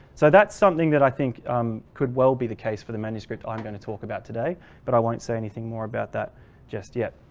so that's something that i think could well be the case for the manuscript i'm going to talk about today but i won't say anything more about that just yet.